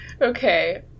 Okay